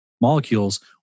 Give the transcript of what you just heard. molecules